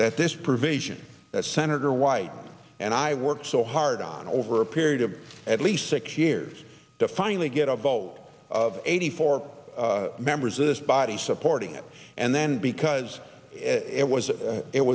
that this provision that senator wyden and i worked so hard on over a period of at least six years to finally get a vote of eighty four members of this body supporting it and then because it was